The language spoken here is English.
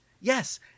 yes